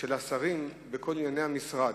של השרים בכל ענייני המשרד.